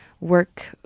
work